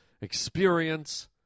experience